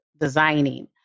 designing